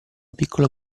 piccolo